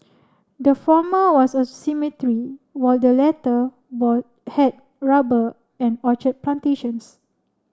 the former was a were the latter had rubber and orchard plantations